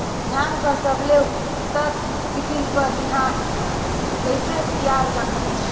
धान कर सबले उन्नत किसम कर बिहान कइसे तियार करथे?